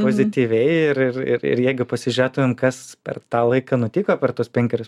pozityviai ir ir ir ir jeigu pasižiūrėtumėm kas per tą laiką nutiko per tuos penkerius